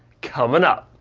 coming up.